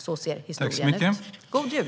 Så ser historien ut. God jul!